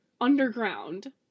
underground